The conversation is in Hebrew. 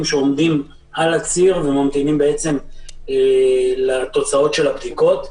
שעומדים על הציר וממתינים לתוצאות הבדיקות.